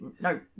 no